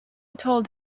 told